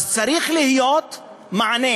אז צריך להיות מענה.